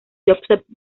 joseph